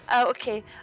okay